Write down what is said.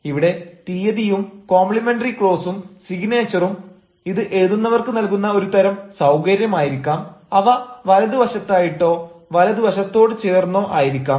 ഇവിടെ തീയതിയും കോംപ്ലിമെന്ററി ക്ലോസും സിഗ്നേച്ചറും ഇത് എഴുതുന്നവർക്ക് നൽകുന്ന ഒരു തരം സൌകര്യമായിരിക്കാം അവ വലതുവശത്തായിട്ടോ വലതുവശത്തോട് ചേർന്നോ ആയിരിക്കാം